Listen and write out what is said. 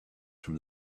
from